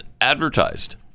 advertised